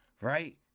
Right